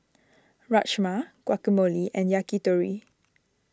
Rajma Guacamole and Yakitori